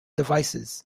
devices